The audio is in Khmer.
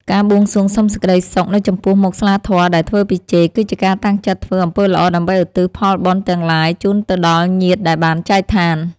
ការបួងសួងសុំសេចក្តីសុខនៅចំពោះមុខស្លាធម៌ដែលធ្វើពីចេក គឺជាការតាំងចិត្តធ្វើអំពើល្អដើម្បីឧទ្ទិសផលបុណ្យទាំងឡាយជូនទៅដល់ញាតិដែលបានចែកឋាន។